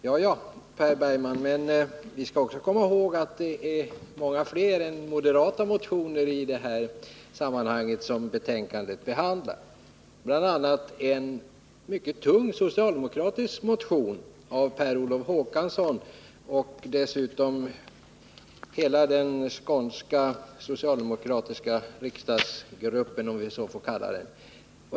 Jaja, Per Bergman, men vi skall också komma ihåg att det är många andra motioner än moderata sådana som man behandlar i det här betänkandet, bl.a. en mycket tung socialdemokratisk motion som väckts av Per Olof Håkansson och hela den skånska socialdemokratiska riksdagsgruppen — om man så får kalla den.